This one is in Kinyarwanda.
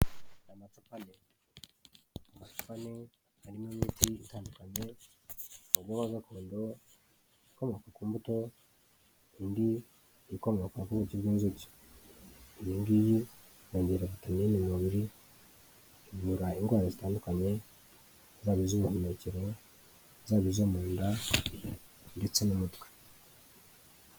Amacupa ane, harimo imiti itandukanye, irimo iya gakondo, ikomoka ku mbuto, indi ikomoka ku buki bw'inzuki. Iyi ngiyi yongera vitamini mu mubiri, ivura indwara zitandukanye, zaba iz'ubuhumekero, zaba izo munda ndetse n'umutwe.